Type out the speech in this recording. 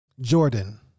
Jordan